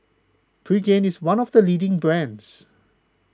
Pregain is one of the leading brands